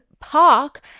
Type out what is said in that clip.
park